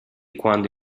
quando